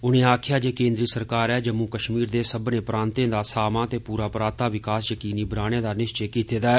उन्ने आक्खेया जे केन्द्री सरकारें जम्मू कश्मीर दे सब्बने प्रांते दा सामा ते पूरा पराता विकास यकीनी बनाने दा निश्चे कीते दा ऐ